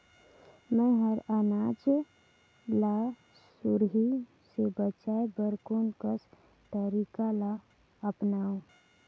मैं ह अनाज ला सुरही से बचाये बर कोन कस तरीका ला अपनाव?